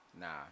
nah